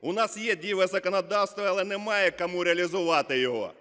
У нас є дієве законодавство, але немає кому реалізувати його.